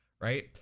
Right